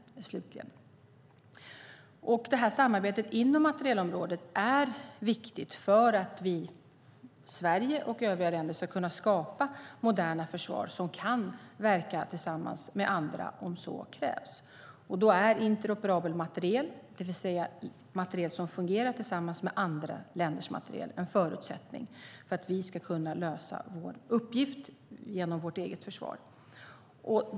Samarbetet inom materielområdet är viktigt för att Sverige och övriga länder ska kunna skapa moderna försvar som kan verka tillsammans med andra om så krävs. Här är interoperabel materiel, det vill säga materiel som fungerar tillsammans med andra länders materiel, en förutsättning för att vi ska kunna lösa vår uppgift genom vårt eget försvar.